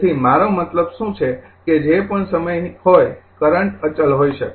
તેથી મારો મતલબ શું છે કે જે પણ સમય હોય કરંટ અચલ હોઈ શકે